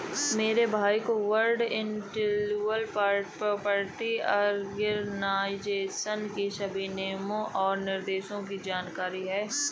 मेरे भाई को वर्ल्ड इंटेलेक्चुअल प्रॉपर्टी आर्गेनाईजेशन की सभी नियम और निर्देशों की जानकारी है